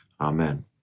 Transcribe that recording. Amen